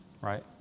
Right